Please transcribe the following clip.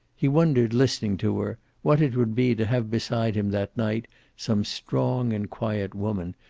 he wondered listening to her, what it would be to have beside him that night some strong and quiet woman,